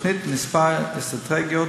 לתוכנית כמה אסטרטגיות,